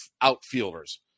outfielders